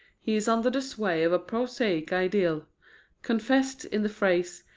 he is under the sway of a prosaic ideal confessed in the phrase,